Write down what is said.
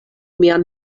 mian